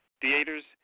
theaters